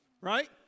right